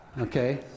okay